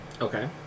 Okay